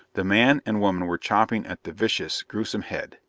the man and woman were chopping at the viscous, gruesome head.